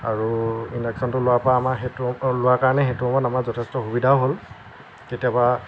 আৰু ইণ্ডাকচনটো লোৱা পৰা লোৱাৰ কাৰণে সেইটো সময়ত আমাৰ যথেষ্ট সুবিধাও হ'ল কেতিয়াবা